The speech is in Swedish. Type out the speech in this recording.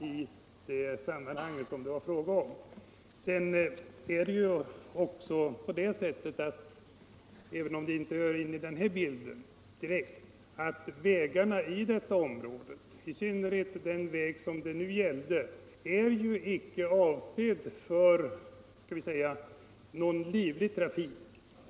Även om det inte direkt hör in i den här bilden, vill jag erinra om att vägarna i det aktuella området — i synnerhet den väg som det nu gäller — icke är avsedda för någon livlig trafik.